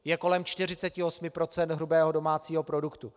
Je kolem 48 % hrubého domácího produktu.